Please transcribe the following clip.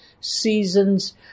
seasons